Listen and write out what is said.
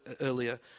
earlier